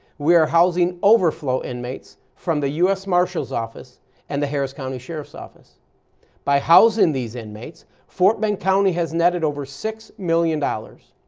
housing overflow inmates from the u s. marshals office and the harris county sheriff's office by housing these inmates, fort bend county has netted over six million dollars.